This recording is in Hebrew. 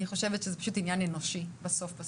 אני חושבת שזה פשוט עניין אנושי בסוף-בסוף,